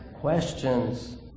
questions